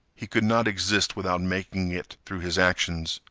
he could not exist without making it, through his actions,